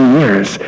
years